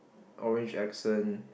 orange accent